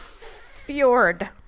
Fjord